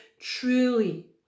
truly